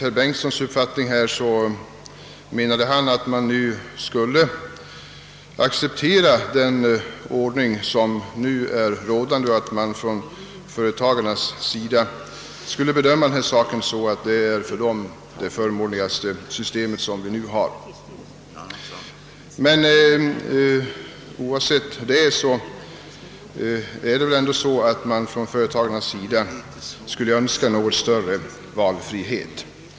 Herr Bengtsson i Varberg menade att man borde acceptera den ordning som nu råder, eftersom företagarna skulle bedöma saken så, att det system vi har skulle vara det för dem förmånligaste. Oavsett hur det är med den saken, skulle emellertid företagarna önska något större valfrihet.